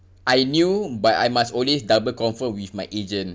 I knew but I must always double confirm with my agent